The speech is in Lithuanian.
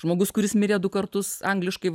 žmogus kuris mirė du kartus angliškai